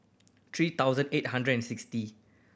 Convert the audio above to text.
three thousand eight hundred and sixty